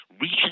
reach